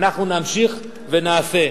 אנחנו נמשיך ונעשה.